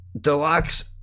Deluxe